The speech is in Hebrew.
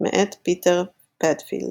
מאת פיטר פדפילד